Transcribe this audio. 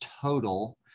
total